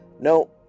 No